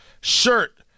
shirt